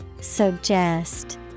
Suggest